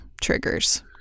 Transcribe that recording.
triggers